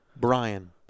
Brian